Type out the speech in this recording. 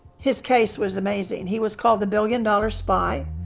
his case was amazing. and he was called the billion dollar spy.